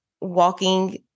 walking